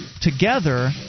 together